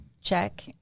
check